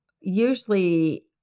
usually